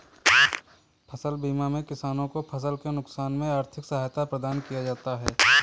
फसल बीमा में किसानों को फसल के नुकसान में आर्थिक सहायता प्रदान किया जाता है